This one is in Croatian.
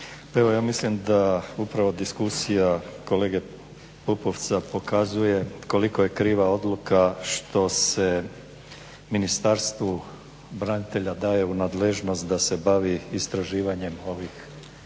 evo ja mislim da upravo diskusija kolege Pupovca pokazuje koliko je kriva odluka što se Ministarstvu branitelja daje u nadležnost da se bavi istraživanjem ovih